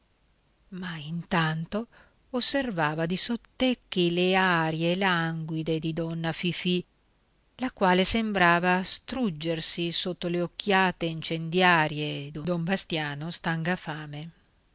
ma intanto osservava di sottecchi le arie languide di donna fifì la quale sembrava struggersi sotto le occhiate incendiarie di don bastiano stangafame